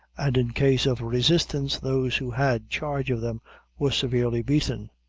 and, in case of resistance, those who had charge of them were severely beaten.